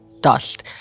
dust